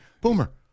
Boomer